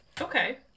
Okay